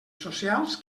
socials